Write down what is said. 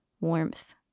warmth